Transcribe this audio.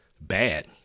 bad